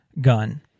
gun